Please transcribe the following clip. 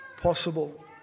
possible